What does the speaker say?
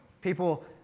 people